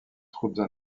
troupes